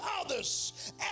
others